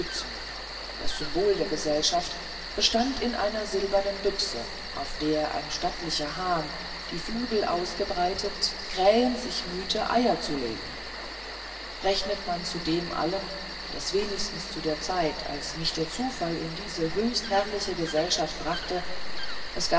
das symbol der gesellschaft bestand in einer silbernen büchse auf der ein stattlicher hahn die flügel ausgebreitet krähend sich mühte eier zu legen rechnet zu dem allen daß wenigstens zu der zeit als mich der zufall in diese höchst herrliche gesellschaft brachte es